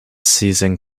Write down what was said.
season